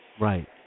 Right